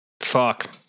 Fuck